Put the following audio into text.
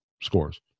scores